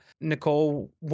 Nicole